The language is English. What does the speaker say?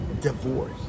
divorce